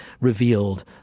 revealed